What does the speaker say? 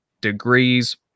degrees